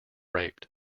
raped